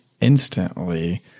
instantly